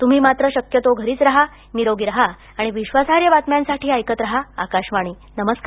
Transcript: तुम्ही मात्र शक्यतो घरीच राहा निरोगी राहा आणि विश्वासार्ह बातम्यांसाठी ऐकत राहा आकाशवाणी नमस्कार